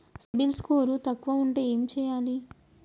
CIBIL score తక్కువ ఉంటే ఏం చేయాలి?